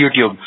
YouTube